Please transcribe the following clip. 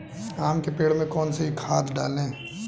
आम के पेड़ में कौन सी खाद डालें?